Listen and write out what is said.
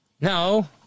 No